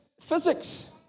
physics